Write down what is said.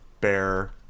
Bear